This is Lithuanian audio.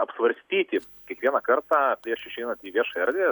apsvarstyti kiekvieną kartą prieš išeinant į viešąją erdvę